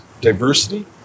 diversity